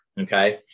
okay